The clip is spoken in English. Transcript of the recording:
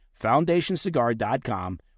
foundationcigar.com